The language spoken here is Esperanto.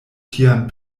tian